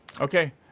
Okay